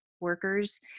workers